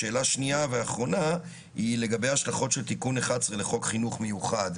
שאלה שנייה ואחרונה היא לגבי השלכות של תיקון 11 לחוק חינוך מיוחד,